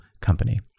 company